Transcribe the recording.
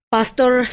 Pastor